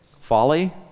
folly